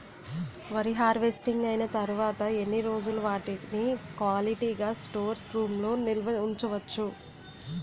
వరి హార్వెస్టింగ్ అయినా తరువత ఎన్ని రోజులు వాటిని క్వాలిటీ గ స్టోర్ రూమ్ లొ నిల్వ ఉంచ వచ్చు?